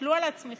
תסתכלו על עצמכם,